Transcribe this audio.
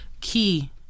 key